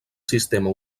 sistema